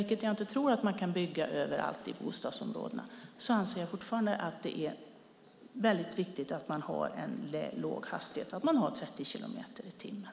Cykelvägar kan man inte bygga överallt i bostadsområden, och därför anser jag fortfarande att det är viktigt med låg hastighet på 30 kilometer i timmen.